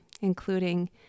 including